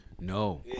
No